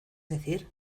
decir